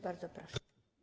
Bardzo proszę.